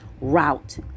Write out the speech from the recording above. route